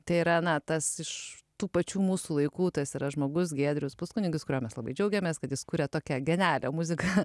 tai yra ana tas iš tų pačių mūsų laikų tas yra žmogus giedrius puskunigis kuriuo mes labai džiaugiamės kad jis kuria tokią genialią muziką